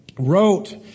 wrote